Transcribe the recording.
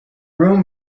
room